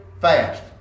fast